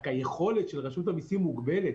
אבל היכולת של רשות המיסים מוגבלת.